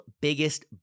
biggest